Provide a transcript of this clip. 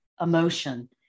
emotion